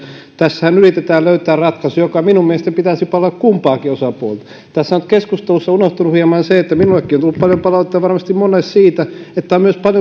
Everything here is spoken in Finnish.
tässähän yritetään löytää ratkaisua jonka minun mielestäni pitäisi palvella kumpaakin osapuolta tässä on nyt keskustelussa unohtunut hieman se että minullekin on tullut paljon palautetta ja varmasti monelle siitä että on myös